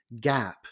gap